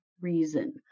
Reason